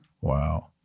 Wow